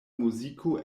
muziko